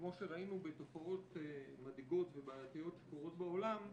כמו שראינו בתופעות מדאיגות ובידיעות שקורות בעולם,